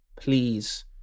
Please